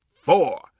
four